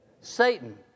Satan